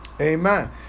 Amen